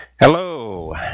Hello